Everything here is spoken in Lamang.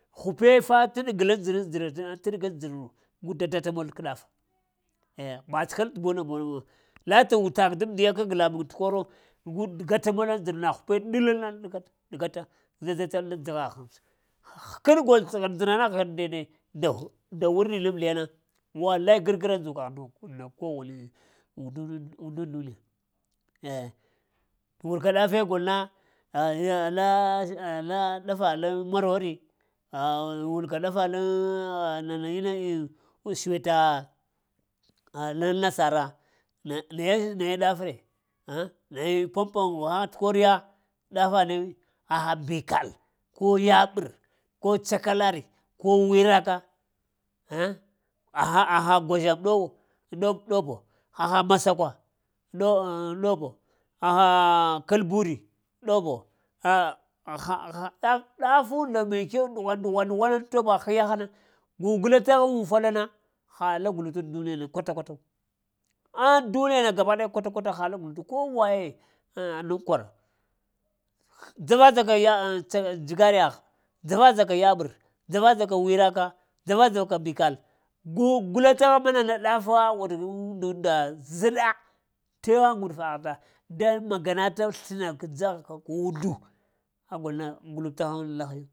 Hupefa tə ɗag aŋ dzər tə ɗag aŋ dzən gu da datamol kə ɗaf eh ba tə həɗ tə buna bolu, lata utak daŋ-mədiya kag lamuŋ təkuro gu dagatamol aŋ dzəro na hupe ɗagata da datal aŋ dzaŋgh, həkən gol tə dzəgha na ghərd nda neɗe nda nda wurnin aŋ mədiyana walai gərgəra dzukəgh nda und kowane un-undun nda aŋ duniya eh wurka ɗafe golna aya ɗafa laŋ marori ah wur ka ɗafa laŋ nana inna aŋ suwi ta ah laŋ nasara daye, naye ɗaf me, ah naye pumpoŋ gahaŋ təkoriya ɗafa ne mi, haha mbikal ko yaɓər ko tsakalari, ko wiraka, ahŋ aha-aha gwazama ɗow-dow-ɗobo aha masakwa dow-ɗow-ɗobo, haha kalburi ɗobo ɗafunda mai kyau ɗughwan-ɗughwan wanaŋ toba hiyahana gugula təghaŋ ufaɗana, ha la gluta aŋ duniyana kwata-kwatu, aŋ duniyana gabadaya kwata-kwata hala glutu, ko waye aŋ-aŋnəŋ kwara dzava dzaka, aŋ ts-jigari yagh dzava-dzaka yaɓəv, dzava-dzaka wiraka, dzava-dzaka mbikal gugula təg haŋ mana ɗafaghun un-un-undunda zəɗa tewa guɗufaghna da maganata sbna kə dzaghaka kəundu a golna glub təghŋ lahayu.